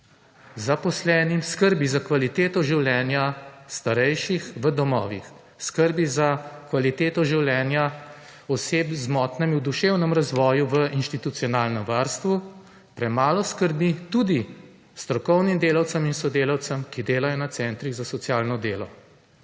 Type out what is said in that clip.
zaposlenim, skrbi za kvaliteto življenja starejših v domovih, skrbi za kvaliteto življenja oseb z motnjami v duševnem razvoju v institucionalnem varstvu, premalo skrbi tudi strokovnim delavcem in sodelavcem, ki delajo na cenutrih za socialno delo,